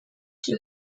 提供